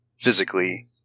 physically